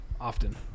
often